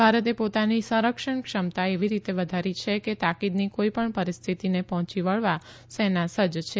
ભારતે પોતાની સંરક્ષણ ક્ષમતા એવી રીતે વધારી છે કે તાકીદની કોઈપણ પરિસ્થિતિને પહોંચી વળવા સેના સજ્જ છે